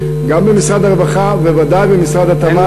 גם במשרד הרווחה ובוודאי במשרד התמ"ת,